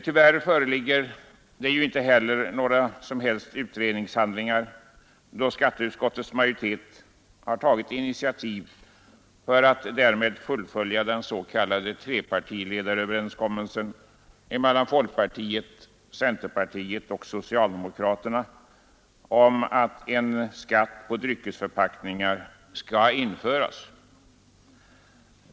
Tyvärr föreligger det inte heller några som helst utredningshandlingar, då skatteutskottets majoritet tagit initiativ för att därmed fullfölja den s.k. trepartiöverenskommelsen mellan folkpartiet, centerpartiet och socialdemokraterna om att en skatt på dryckesförpackningar skall införas.